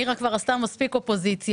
נירה כבר עשתה מספיק אופוזיציה.